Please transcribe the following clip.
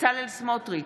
בצלאל סמוטריץ'